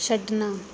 ਛੱਡਣਾ